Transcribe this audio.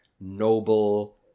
noble